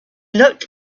looked